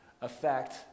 affect